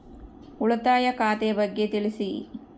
ಉಳಿತಾಯ ಖಾತೆ ಬಗ್ಗೆ ತಿಳಿಸಿ?